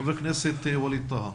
חבר הכנסת ווליד טאהא,